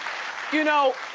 you know,